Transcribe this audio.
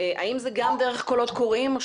האם זה גם דרך קולות קוראים?